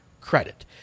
credit